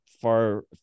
far